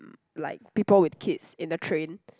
like people with kids in the train